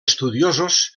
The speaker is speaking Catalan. estudiosos